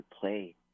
play